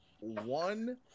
one